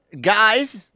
guys